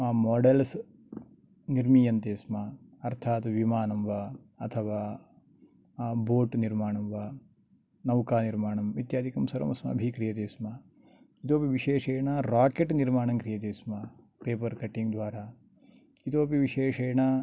models निर्मीयन्ते स्म अर्थात् विमानं वा अथवा बोट् निर्माणं वा नौका निर्माणम् इत्यादिकं सर्वम् अस्माभिः सर्वं क्रियते स्म इतोपि विशेषेण रोकेट् निर्माणं क्रियते स्म पेपर् कटिङ्ग् द्वारा इतोपि विशेषेण